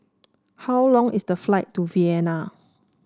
how long is the flight to Vienna